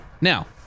Now